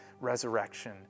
resurrection